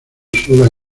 sola